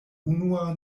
unua